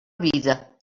vida